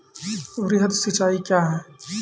वृहद सिंचाई कया हैं?